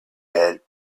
head